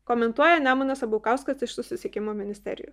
komentuoja nemunas abukauskas iš susisiekimo ministerijos